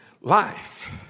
life